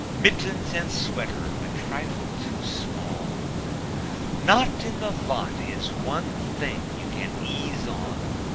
mittens and sweater a trifle too small not in the lot is one thing you can ease on,